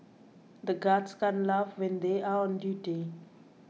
the guards can't laugh when they are on duty